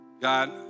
God